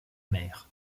mer